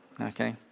Okay